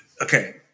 Okay